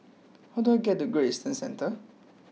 how do I get to Great Eastern Centre